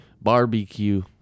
Barbecue